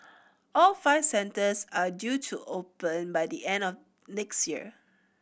all five centres are due to open by the end of next year